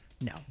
no